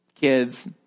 kids